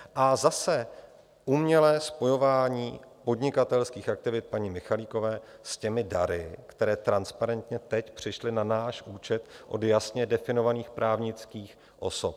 A zase, umělé spojování podnikatelských aktivit paní Michalikové s těmi dary, které transparentně teď přišly na náš účet od jasně definovaných právnických osob.